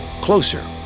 closer